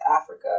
Africa